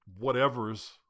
whatevers